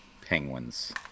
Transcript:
Penguins